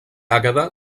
àgueda